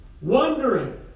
wondering